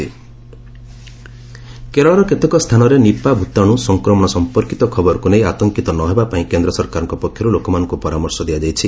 Harshvardhan Nipah କେରଳର କେତେକ ସ୍ତାନରେ ନିପା ଭୂତାଣୁ ସଂକ୍ରମଣ ସମ୍ପର୍କିତ ଖବରକୁ ନେଇ ଆତଙ୍କିତ ନ ହେବାପାଇଁ କେନ୍ଦ୍ର ସରକାରଙ୍କ ପକ୍ଷରୁ ଲୋକମାନଙ୍କୁ ପରାମର୍ଷ ଦିଆଯାଇଛି